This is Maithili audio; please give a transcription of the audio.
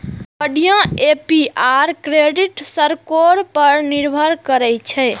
बढ़िया ए.पी.आर क्रेडिट स्कोर पर निर्भर करै छै